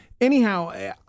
Anyhow